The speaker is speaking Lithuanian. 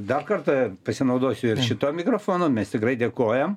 dar kartą pasinaudosiu ir šituo mikrofonu mes tikrai dėkojam